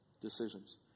decisions